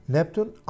Neptune